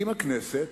אם הכנסת,